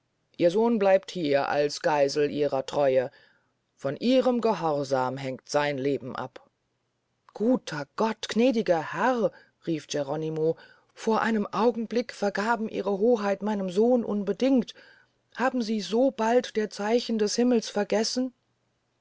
ihr sohn bleibt hier als geisel ihrer treue von ihren gehorsam hängt sein leben ab guter gott gnädiger herr rief geronimo vor einem augenblick vergaben ihre hoheit meinen sohn unbedingt haben sie sobald der zeichen des himmels vergessen